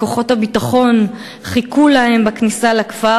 כוחות הביטחון חיכו להם בכניסה לכפר,